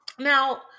Now